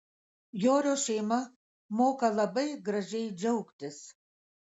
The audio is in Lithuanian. jorio šeima moka labai gražiai džiaugtis